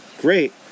great